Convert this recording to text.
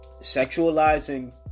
sexualizing